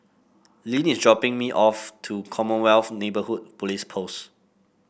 Lynn is dropping me off to Commonwealth Neighbourhood Police Post